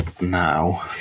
now